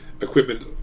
equipment